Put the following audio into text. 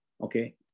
Okay